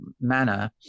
manner